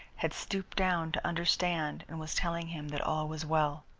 had stooped down to understand and was telling him that all was well.